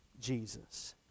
Jesus